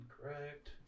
correct